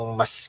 mas